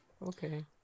Okay